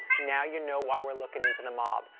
now you know why we're looking into the mob.